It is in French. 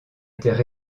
étaient